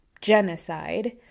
genocide